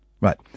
right